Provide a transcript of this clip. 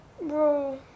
Bro